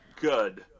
good